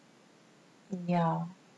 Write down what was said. ya